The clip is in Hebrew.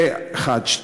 זה דבר אחד,